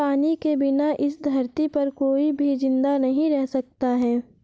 पानी के बिना इस धरती पर कोई भी जिंदा नहीं रह सकता है